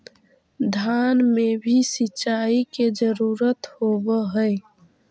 धान मे भी सिंचाई के जरूरत होब्हय?